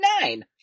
nine